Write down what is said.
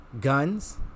Guns